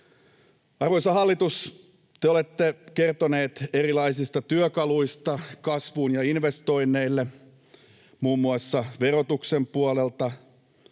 Arvoisa hallitus, te olette kertoneet erilaisista työkaluista kasvuun ja investoinneille, muun muassa verotuksen puolelta